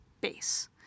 base